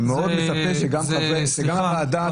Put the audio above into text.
אני מאוד מצפה שגם הוועדה תתייחס.